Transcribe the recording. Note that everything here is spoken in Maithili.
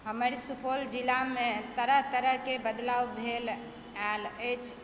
हमर सुपौल जिलामे तरह तरहके बदलाव भेल आयल अछि